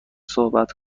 صحبت